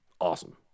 awesome